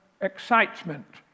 excitement